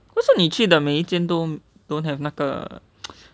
为什么你去的每一间都 don't have 那个